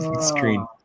screen